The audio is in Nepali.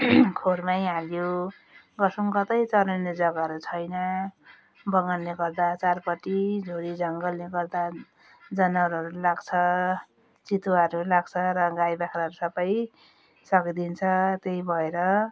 खोरमा हाल्यो घर छेउमा कतै चराउने जगाहरू छैन बगानले गर्दा चारपट्टि झोडी जङ्गलले गर्दा जनावरहरू पनि लाग्छ चितुवाहरू पनि लाग्छ र गाई बाख्राहरू सब सकिदिन्छ त्यही भएर